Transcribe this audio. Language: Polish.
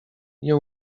nie